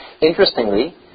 Interestingly